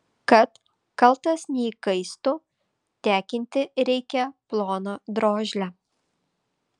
kad kaltas neįkaistų tekinti reikia ploną drožlę